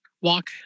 walk